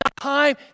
time